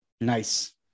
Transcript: nice